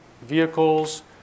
vehicles